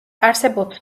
არსებობს